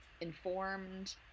informed